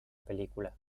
película